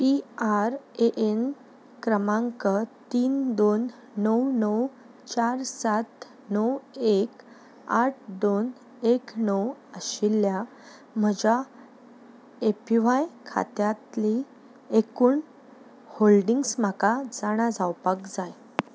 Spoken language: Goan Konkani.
पीआरएएन क्रमांक तीन दोन णव णव चार सात णव एक आठ दोन एक णव आशिल्ल्या म्हज्या एपीव्हाय खात्यांतली एकुण होल्डिंग्स म्हाका जाणा जावपाक जाय